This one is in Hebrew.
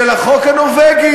של החוק הנורבגי.